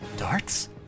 Darts